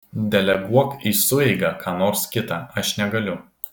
deleguok į sueigą ką nors kitą aš negaliu